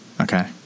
Okay